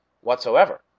whatsoever